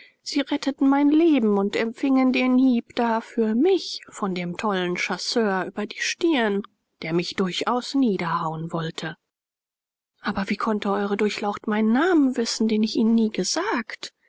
sie retteten mein leben und empfingen den hieb da für mich von dem tollen chasseur über die stirn der mich durchaus niederhauen wollte aber wie konnte ew durchlaucht meinen namen wissen den ich ihnen nie gesagt